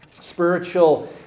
Spiritual